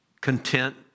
content